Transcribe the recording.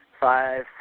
Five